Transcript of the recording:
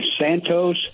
Santos